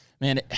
man